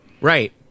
Right